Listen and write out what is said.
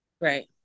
Right